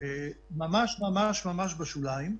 ממש-ממש בשוליים.